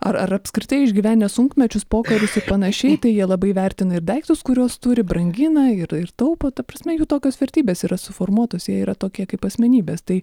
ar apskritai išgyvenę sunkmečius pokarius panašiai tai jie labai vertina ir daiktus kuriuos turi brangina ir ir taupo ta prasme jų tokios vertybės yra suformuotos jie yra tokie kaip asmenybės tai